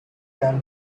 can